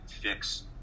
fix